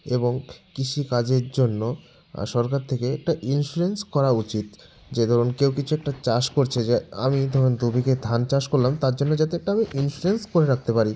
এবং কৃষিকাজের জন্য সরকার থেকে একটা ইন্সুরেন্স করা উচিত যে ধরুন কেউ কিছু একটা চাষ করছে যে আমি ধরুন দুই বিঘে ধান চাষ করলাম তার জন্য যাতে একটা আমি ইন্সুরেন্স করে রাখতে পারি